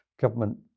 government